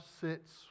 sits